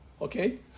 Okay